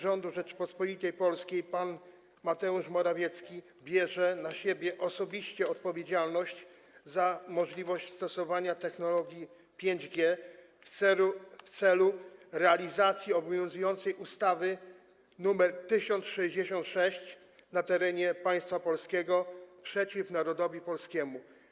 Cztery: Czy premier rządu Rzeczypospolitej Polskiej pan Mateusz Morawiecki bierze na siebie osobiście odpowiedzialność za możliwość stosowania technologii 5G w celu realizacji obowiązującej ustawy 1066 na terenie państwa polskiego przeciw narodowi polskiemu?